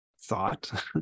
thought